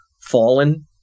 fallen